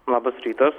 labas rytas